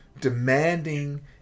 demanding